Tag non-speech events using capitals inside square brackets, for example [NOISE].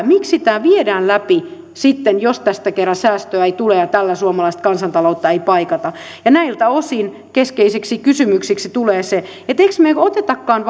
miksi tämä viedään läpi sitten jos tästä kerran säästöä ei tule ja tällä suomalaista kansantaloutta ei paikata näiltä osin keskeiseksi kysymykseksi tulee se että emmekö me me otakaan [UNINTELLIGIBLE]